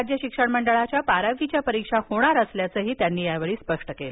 राज्य शिक्षण मंडळाच्या बारावीच्या परीक्षा होणार असल्याचं देखील त्यांनी यावेळी स्पष्ट केलं